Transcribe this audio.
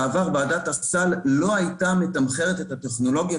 בעבר ועדת הסל לא הייתה מתמחרת את הטכנולוגיות